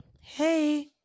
hey